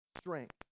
strength